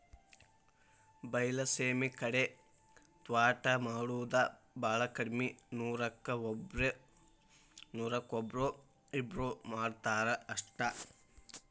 ಬೈಲಸೇಮಿ ಕಡೆ ತ್ವಾಟಾ ಮಾಡುದ ಬಾಳ ಕಡ್ಮಿ ನೂರಕ್ಕ ಒಬ್ಬ್ರೋ ಇಬ್ಬ್ರೋ ಮಾಡತಾರ ಅಷ್ಟ